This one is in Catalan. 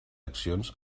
accions